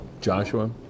Joshua